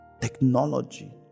Technology